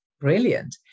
Brilliant